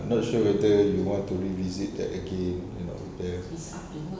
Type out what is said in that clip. I'm not sure whether they want to revisit that again and over there